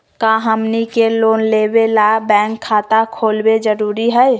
का हमनी के लोन लेबे ला बैंक खाता खोलबे जरुरी हई?